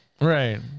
Right